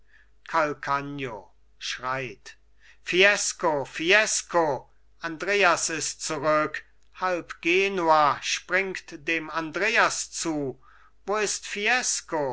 calcagno schreit fiesco fiesco andreas ist zurück halb genua springt dem andreas zu wo ist fiesco